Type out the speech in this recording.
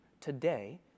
Today